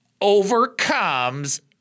overcomes